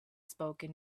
spoken